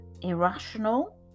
irrational